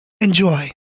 Enjoy